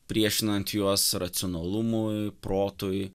priešinant juos racionalumui protui